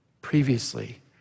previously